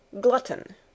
GLUTTON